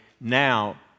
now